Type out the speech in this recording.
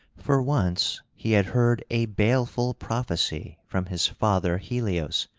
for once he had heard a baleful prophecy from his father helios,